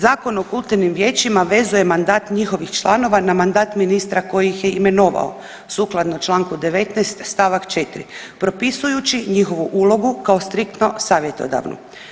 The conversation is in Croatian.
Zakon o kulturnim vijećima vezuje mandat njihovih članova na mandat ministra koji ih je imenovao sukladno Članku 19. stavak 4. propisujući njihovu ulogu kao striktno savjetodavnu.